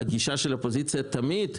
הגישה של האופוזיציה תמיד,